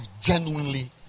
genuinely